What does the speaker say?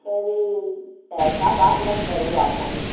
अरे ऐसा बात मत करो आप भाई